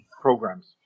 programs